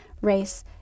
race